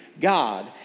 God